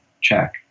Check